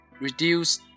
reduce